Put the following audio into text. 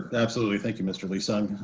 and absolutely. thank you mr. lee-sung.